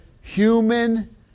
human